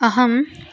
अहं